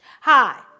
Hi